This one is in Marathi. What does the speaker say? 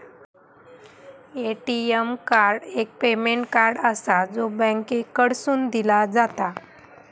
ए.टी.एम कार्ड एक पेमेंट कार्ड आसा, जा बँकेकडसून दिला जाता